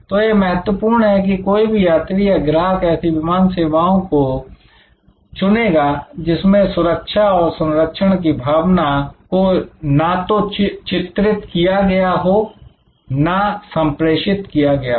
तो यह महत्वपूर्ण है कि कोई भी यात्री या ग्राहक ऐसी विमान सेवाओं को चुनेगा जिसमें सुरक्षा और संरक्षण की भावना को ना तो चित्रित किया गया हो ना संप्रेषित किया गया हो